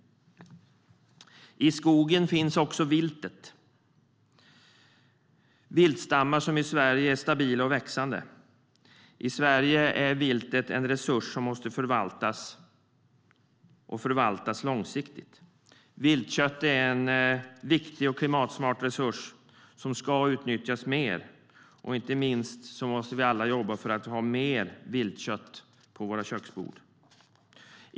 I skogen finns också viltet - viltstammar som i Sverige är stabila och växande. Det är en resurs som måste förvaltas långsiktigt. Viltköttet är en viktig och klimatsmart resurs som ska utnyttjas mer. Inte minst måste vi alla jobba för att ha mer viltkött på våra köksbord.